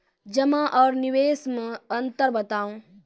जमा आर निवेश मे अन्तर बताऊ?